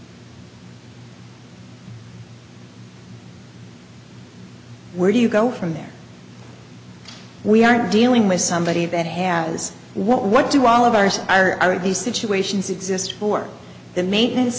where do you go from there we are not dealing with somebody that has what what do all of ours are these situations exist for the maintenance